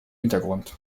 hintergrund